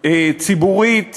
ציבורית